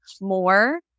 more